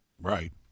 Right